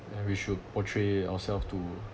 and we should portray ourselves to